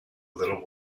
little